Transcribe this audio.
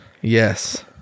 Yes